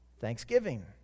Thanksgiving